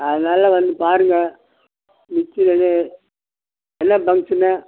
அதனால் வந்து பாருங்க மிச்சர் என்ன ஃபங்சனு